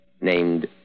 Named